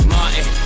Martin